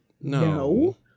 No